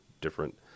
different